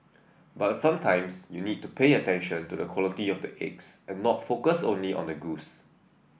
but sometimes you need to pay attention to the quality of the eggs and not focus only on the goose